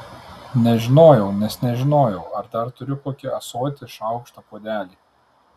nežinojau nes nežinojau ar dar turiu kokį ąsotį šaukštą puodelį